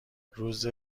روز